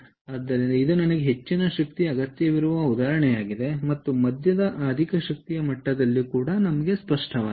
ಆದ್ದರಿಂದ ಇದು ನನಗೆ ಹೆಚ್ಚಿನ ಶಕ್ತಿಯ ಅಗತ್ಯವಿರುವ ಉದಾಹರಣೆಯಾಗಿದೆ ಮತ್ತು ಮಧ್ಯಮ ಅಧಿಕ ಶಕ್ತಿಯ ಮಟ್ಟದಲ್ಲಿ ಸ್ಪಷ್ಟವಾಗಿದೆ